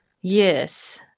Yes